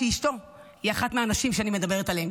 שאשתו היא אחת מהנשים שאני מדברת עליהן,